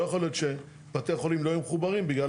לא יכול להיות שבתי החולים לא יהיו מחוברים בגלל,